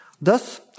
Thus